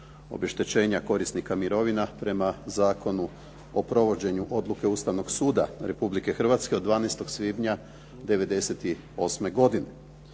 obeštećenje korisnika mirovina prema Zakonu o provođenju odluke Ustavnog suda Republike Hrvatskog od 12. svibnja '98. godine